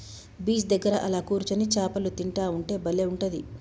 beach దగ్గర అలా కూర్చొని చాపలు తింటా ఉంటే బలే ఉంటది